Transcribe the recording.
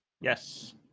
Yes